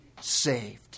saved